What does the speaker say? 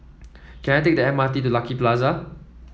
can I take the M R T to Lucky Plaza